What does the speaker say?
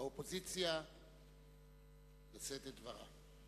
האופוזיציה לשאת את דברה.